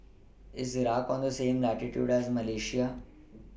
IS Iraq on The same latitude as Malaysia